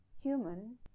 human